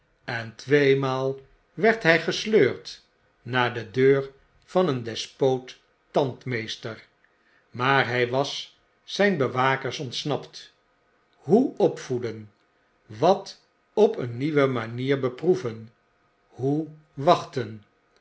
en tweemaal werd hy gesleurd naar de deur van een despoot tandmeester maarhy was zyn bewakers ontsnapt hoe opvoeden wat op een nieuwe manier beproeven hoe wachten